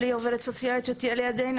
בלי עובדת סוציאלית שתהיה לידנו.